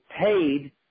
paid